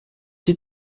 die